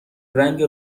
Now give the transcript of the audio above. رنگ